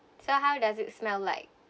so how does it smell like